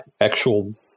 actual